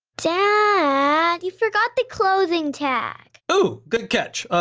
dad, you forgot the closing tag. oh, good catch.